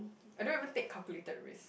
I don't even take calculated risk